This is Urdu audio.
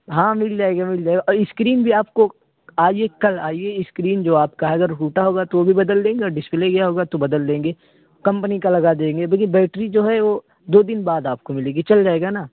ہاں مل جائے گی مل جائے گی اور اسکرین بھی آپ کو آئیے کل آئیے اسکرین جو آپ کا ہے اگر ٹوٹا ہوگا تو بھی بدل دیں گے اور ڈسپلے گیا ہوگا تو بدل دیں گے کمپنی کا لگا دیں گے دیکھیے بیٹری جو ہے وہ دو دن بعد آپ کو ملے گی چل جائے گا نا